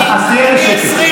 אז תהיה בשקט.